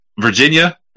Virginia